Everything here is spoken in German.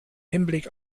hinblick